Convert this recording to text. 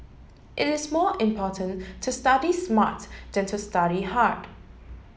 it is more important to study smart than to study hard